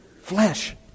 flesh